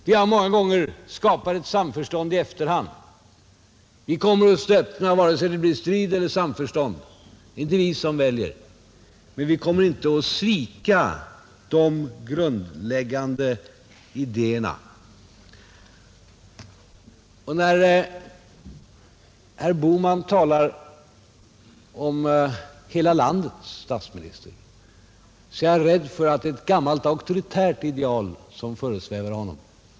Vi har många gånger skapat ett samförstånd i efterhand. Vi kommer att stå öppna vare sig det blir strid eller samförstånd — det är inte vi som väljer — men vi kommer inte att svika de grundläggande När herr Bohman talar om hela landets statsminister är jag rädd för att det är ett gammalt auktoritärt ideal som föresvävar honom.